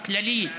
כללית,